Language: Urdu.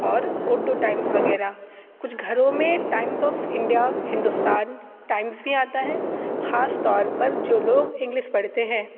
اور اردو ٹائمز وغیرہ کچھ گھروں میں Times of India Hindustan Times بھی آتا ہے خاص طور پر جو لوگ انگلس پڑھتے ہیں